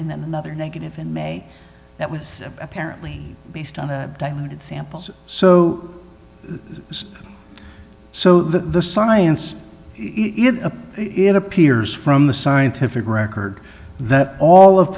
and then another negative in may that was apparently based on diluted samples so this so the science of it appears from the scientific record that all of